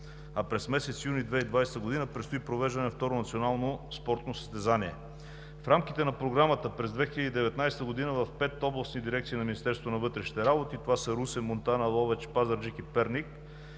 а през месец юни 2020 г. предстои провеждане на Второ национално спортно състезание. В рамките на Програмата през 2019 г. в пет областни дирекции на Министерството на вътрешните работи – Русе, Монтана, Ловеч, Пазарджик и Перник,